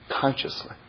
consciously